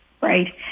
Right